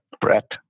Brett